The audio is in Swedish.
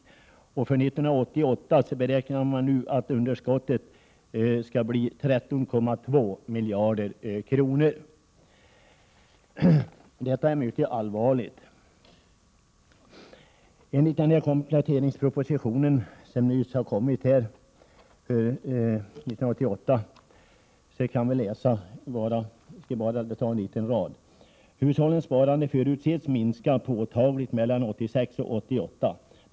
För 1988 beräknas underskottet bli 13,2 miljarder kronor. Detta är mycket allvarligt. I kompletteringspropositionen, som nyss har kommit, kan vi läsa: ”Hushållens sparande förutses minska påtagligt mellan 1986 och 1988.